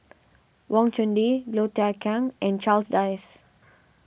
Wang Chunde Low Thia Khiang and Charles Dyce